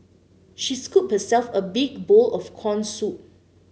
she scooped herself a big bowl of corn soup